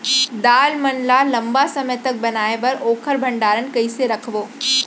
दाल मन ल लम्बा समय तक बनाये बर ओखर भण्डारण कइसे रखबो?